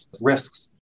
risks